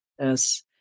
Yes